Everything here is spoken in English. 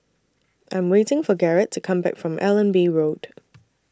I Am waiting For Garret to Come Back from Allenby Road